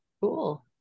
Cool